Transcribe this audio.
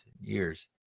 years